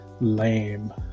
lame